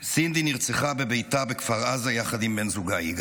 סינדי נרצחה בביתה בכפר עזה יחד עם בן זוגה יגאל.